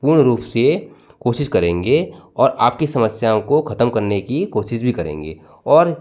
पूर्ण रूप से कोशिश करेंगे और आपकी समस्याओं को खत्म करने की कोशिश भी करेंगे और